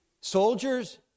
soldiers